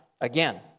again